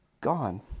gone